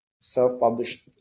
self-published